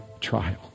trial